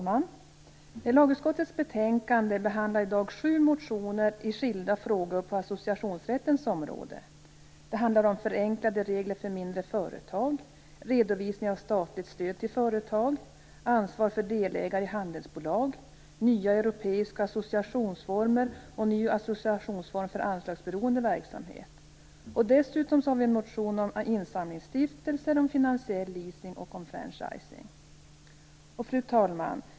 Fru talman! Lagutskottets betänkande behandlar i dag sju motioner i skilda frågor på associationsrättens område. Det handlar om förenklade regler för mindre företag, redovisning av statligt stöd till företag, ansvar för delägare i handelsbolag, nya europeiska associationsformer och ny associationsform för anslagsberoende verksamhet. Dessutom har vi en motion om insamlingsstiftelser, om finansiell leasing och om franchising. Fru talman!